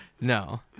No